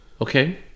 Okay